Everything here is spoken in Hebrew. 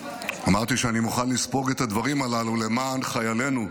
אמרתי שאני מוכן לספוג את הדברים הללו למען חיילינו.